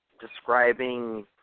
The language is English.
describing